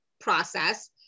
process